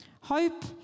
Hope